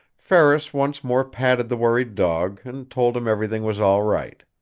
ferris once more patted the worried dog and told him everything was all right.